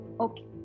Okay